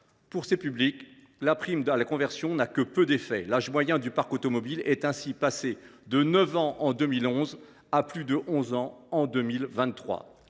Pour ces publics, la prime à la conversion n’a que peu d’effets. L’âge moyen du parc automobile est ainsi passé de 9 ans en 2011 à plus de 11 ans en 2023.